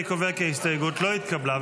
אני קובע כי ההסתייגות לא התקבלה.